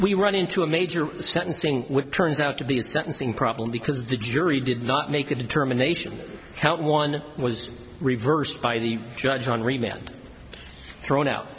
we run into a major sentencing with turns out to be a sentencing problem because the jury did not make a determination help one was reversed by the judge on remained thrown out